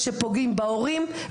כרגע אין לי את כל הנתונים.